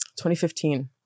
2015